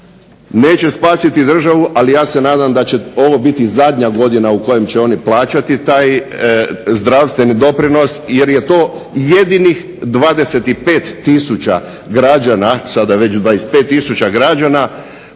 neće spasiti državu, ali ja se nadam da će ovo biti zadnja godina u kojem će oni plaćati taj zdravstveni doprinos, jer je to jedinih 25000 građana, sada već 25000 građana